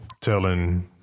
telling